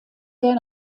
der